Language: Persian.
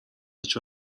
هیچ